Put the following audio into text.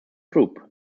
group